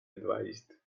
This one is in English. advised